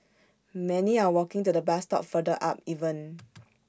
many are walking to the bus stop further up even